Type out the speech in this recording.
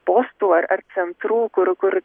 postų ar centrų kur kur